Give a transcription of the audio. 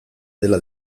dela